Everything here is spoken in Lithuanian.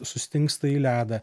sustingsta į ledą